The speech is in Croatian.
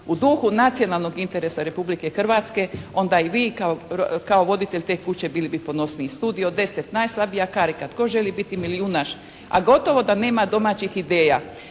u duhu nacionalnog interesa Republike Hrvatske. Onda i vi kao voditelj te kuće bili bi ponosniji. «Studio 10», «Najslabija karika», «Tko želi biti milijunaš», a gotovo da nema domaćih ideja.